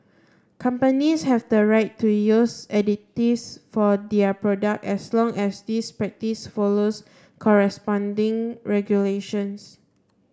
companies have the right to use additives for their product as long as this practice follows corresponding regulations